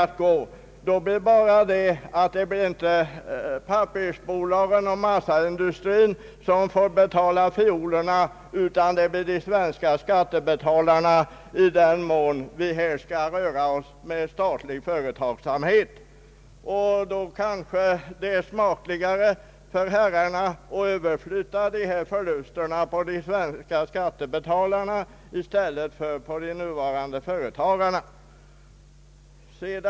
Men då blir det inte pappersbolagen och massaindustrin som får betala fiolerna, utan det blir de svenska skattebetalarna, i den mån vi rör oss med statlig företagsamhet. Det kanske är smakligare för herrarna att överflytta förlusterna på de svenska skattebetalarna i stället för att låta de nuvarande företagarna bära dem.